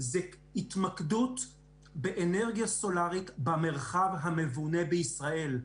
זה התמקדות באנרגיה סולארית במרחב המבונה בישראל.